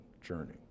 journey